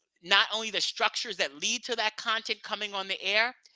not only the structures that lead to that content coming on the air,